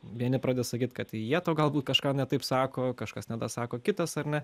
vieni prade sakyt kad jie tau galbūt kažką ne taip sako kažkas nedasako kitas ar ne